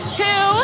two